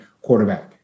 quarterback